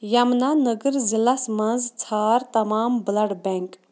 یَمنا نَگر ضلعس مَنٛز ژھانڈ تمام بٕلڈ بینک